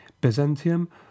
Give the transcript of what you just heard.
Byzantium